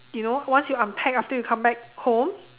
you know once you unpack after you come back home